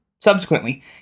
Subsequently